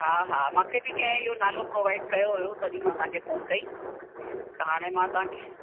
हा हा मांखे बि कंहिं इहो नालो प्रोवाइड कयो हुओ तॾहिं मां तव्हांखे फ़ोन कई त हाणे मां तव्हांखे